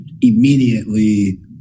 immediately